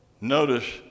notice